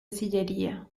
sillería